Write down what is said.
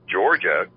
Georgia